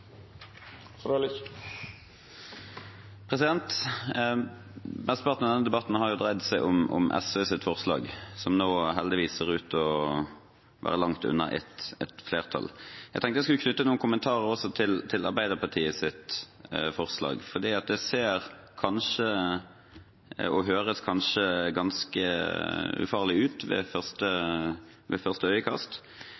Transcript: Mesteparten av denne debatten har dreid seg om SVs forslag, som nå heldigvis ser ut til å være langt unna å få flertall. Jeg tenkte jeg skulle knytte noen kommentarer også til Arbeiderpartiets forslag. Det ser kanskje ganske ufarlig ut ved første